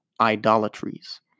idolatries